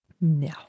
No